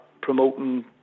Promoting